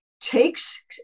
takes